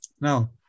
Now